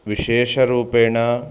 विशेषरूपेण